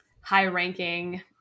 high-ranking